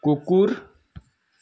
कुकुर